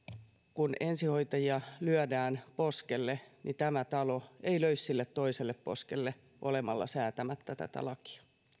kun ensihoitajia lyödään poskelle niin tämä talo ei löisi sille toiselle poskelle olemalla säätämättä tätä lakia